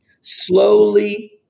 slowly